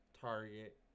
Target